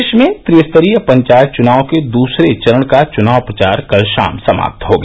प्रदेश में त्रिस्तरीय पंचायत चुनाव के दूसरे चरण का चुनाव प्रचार कल शाम समाप्त हो गया